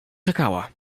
czekała